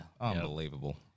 Unbelievable